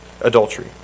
adultery